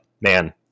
Man